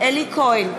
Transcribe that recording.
אלי כהן,